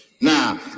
Now